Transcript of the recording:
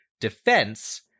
defense